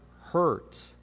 hurt